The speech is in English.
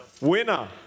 winner